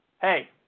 hey